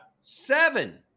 seven